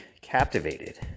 captivated